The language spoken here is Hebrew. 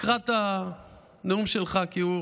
לקראת הנאום שלך, כי הוא